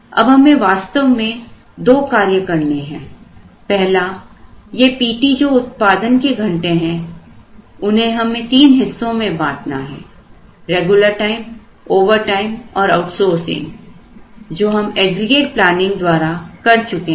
अब हमें वास्तव में दो कार्य करने हैं पहला ये Pt जो उत्पादन के घंटे हैं उन्हें हमें तीन हिस्सों में बांटना है रेगुलर टाइम ओवरटाइम और आउटसोर्सिंग जो हम एग्रीगेट प्लानिंग द्वारा कर चुके हैं